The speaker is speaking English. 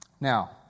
Now